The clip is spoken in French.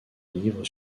livre